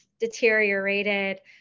Deteriorated